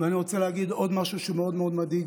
ואני רוצה להגיד עוד משהו שמאוד מאוד מדאיג,